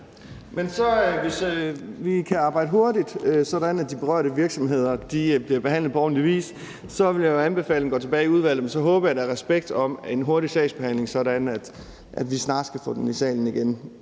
Ja. Hvis vi kan arbejde hurtigt, sådan at de berørte virksomheder bliver behandlet på ordentlig vis, vil jeg anbefale, at den går tilbage i udvalget. Men så håber jeg, der er respekt for mit ønske om en hurtig sagsbehandling, sådan at vi snarest kan få den i salen igen,